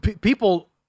People